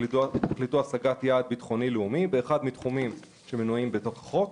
שתכליתו השגת יעד ביטחוני לאומי באחת מהתחומים שמנויים בתוך החוק.